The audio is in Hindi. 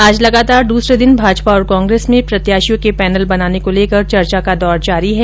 आज लगातार दूसरे दिन भाजपा और कांग्रेस में प्रत्याशियों के पैनल बनाने को लेकर चर्चा का दौर जारी है